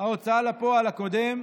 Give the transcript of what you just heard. ההוצאה לפועל הקודם,